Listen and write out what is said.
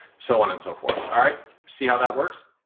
so on and so forth. all right, see how that works?